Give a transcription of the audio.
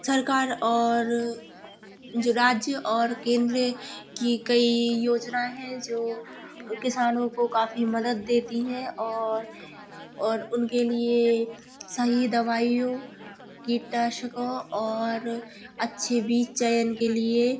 सरकार और जो राज्य और केंद्र की कई योजनाएँ हैं जो किसानों को काफी मदद देती हैं और और उनके लिए सही दवाइयों कीटनाशकों और अच्छे बीज चयन के लिए